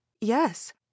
yes